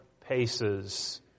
paces